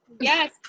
Yes